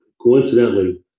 coincidentally